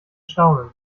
staunen